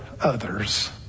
others